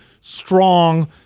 strong